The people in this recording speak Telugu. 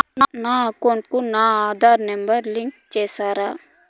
నా అకౌంట్ కు నా ఆధార్ నెంబర్ ను లింకు చేసారా